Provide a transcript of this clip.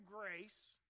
grace